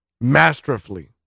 Masterfully